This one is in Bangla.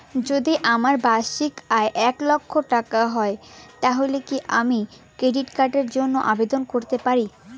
যদি আমার বার্ষিক আয় এক লক্ষ টাকা হয় তাহলে কি আমি ক্রেডিট কার্ডের জন্য আবেদন করতে পারি?